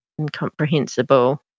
incomprehensible